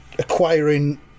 acquiring